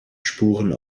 spuren